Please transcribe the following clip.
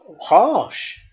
Harsh